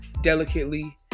delicately